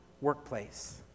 workplace